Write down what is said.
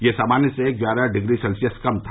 यह सामान्य से ग्यारह डिग्री सेल्सियस कम था